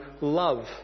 love